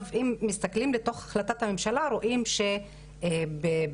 אם מסתכלים בהחלטת הממשלה רואים שברוב